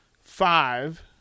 Five